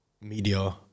Media